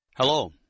Hello